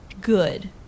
good